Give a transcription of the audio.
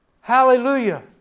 Hallelujah